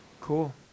Cool